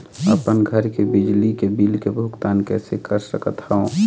अपन घर के बिजली के बिल के भुगतान कैसे कर सकत हव?